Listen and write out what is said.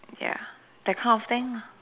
ya that kind of thing